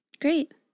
Great